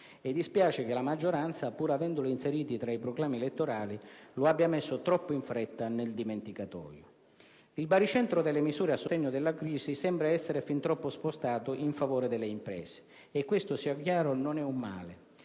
e dispiace che la maggioranza, pur avendolo inserito tra i proclami elettorali, lo abbia messo troppo in fretta nel dimenticatoio. Il baricentro delle misure a sostegno della crisi sembra essere fin troppo spostato in favore delle imprese. E questo, sia chiaro, non è un male.